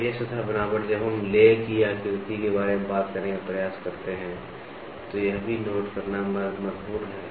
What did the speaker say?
और यह सतह बनावट जब हम ले आकृति के बारे में बात करने का प्रयास करते हैं तो यह भी नोट करना बहुत महत्वपूर्ण है